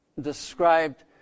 described